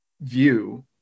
view